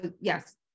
yes